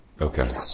Okay